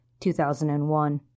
2001